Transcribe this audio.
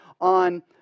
on